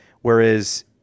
Whereas